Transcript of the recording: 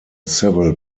civil